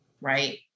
right